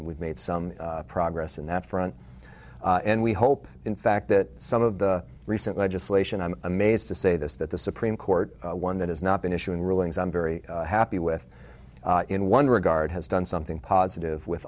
and we've made some progress in that front and we hope in fact that some of the recent legislation i'm amazed to say this that the supreme court one that has not been issuing rulings i'm very happy with in one regard has done something positive with